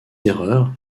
erreurs